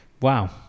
Wow